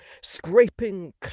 scraping